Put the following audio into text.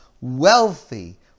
wealthy